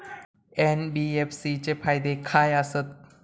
NBFC चे फायदे खाय आसत?